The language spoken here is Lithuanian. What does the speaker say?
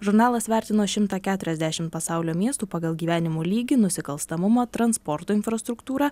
žurnalas vertino šimtą keturiasdešim pasaulio miestų pagal gyvenimo lygį nusikalstamumą transporto infrastruktūrą